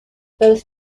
both